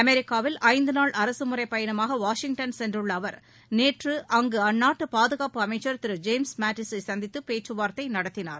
அமெரிக்காவில் ஐந்துநாள் அரசுமுறைப் பயணமாக வாஷிங்டன் சென்றுள்ள அவர் நேற்று அங்கு அந்நாட்டு பாதுகாப்பு அமைச்சர் திரு ஜேம்ஸ் மட்டீஸை சந்தித்து பேச்சு வார்த்தை நடத்தினார்